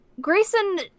Grayson